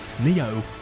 Neo